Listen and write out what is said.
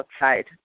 outside